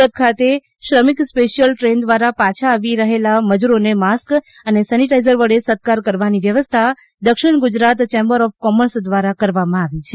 સુરત ખાતે શ્રમિક special train દ્વારા પાછા આવી રહેલા મજૂરો ને માસ્ક અને સેનિટીઝર વડે સત્કાર કરવાની વ્યવસ્થા દક્ષિણ ગુજરાત ચેંબર્સ ઓફ કોમર્સ દ્વારા કરવા માં આવી છે